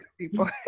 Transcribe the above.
people